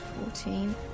fourteen